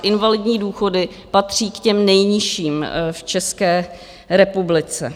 Invalidní důchody patří k těm nejnižším v České republice.